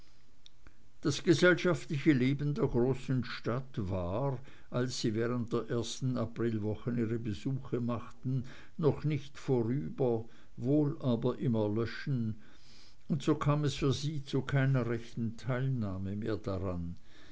das gesellschaftliche leben der großen stadt war als sie während der ersten aprilwochen ihre besuche machten noch nicht vorüber wohl aber im erlöschen und so kam es für sie zu keiner rechten teilnahme mehr daran